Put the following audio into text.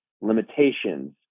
limitations